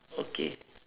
okay